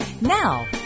Now